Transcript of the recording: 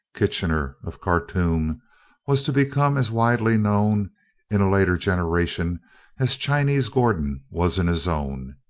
kitchener of khartoum was to become as widely known in a later generation as chinese gordon was in his own.